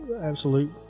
absolute –